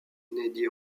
inédit